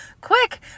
quick